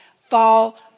fall